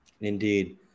Indeed